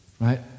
Right